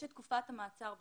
יש את תקופת המעצר בכלא.